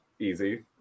easy